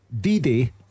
D-Day